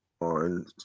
on